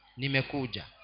nimekuja